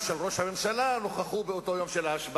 בוא ניתן לה להמשיך.